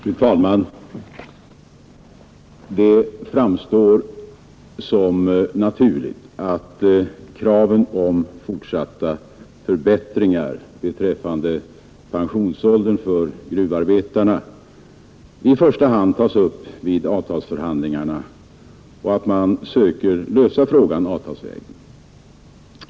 Fru talman! Det framstår som naturligt att kraven på fortsatta förbättringar beträffande pensionsåldern för gruvarbetarna i första hand tas upp vid avtalsförhandlingarna och att man söker lösa problemet avtalsvägen.